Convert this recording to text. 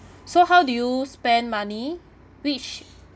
so how do you spend money which